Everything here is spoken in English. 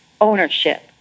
ownership